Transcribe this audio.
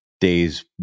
days